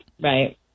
right